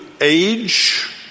age